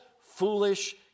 foolish